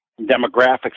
demographics